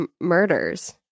murders